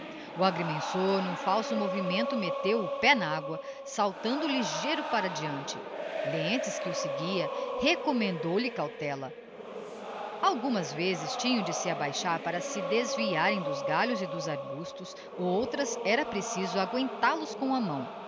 o agrimensor n'um falso movimento metteu o pé n'agua saltando ligeiro para deante lentz que o seguia recommendou lhe cautela algumas vezes tinham de se abaixar para se desviarem dos galhos e dos arbustos outras era preciso aguental os com a mão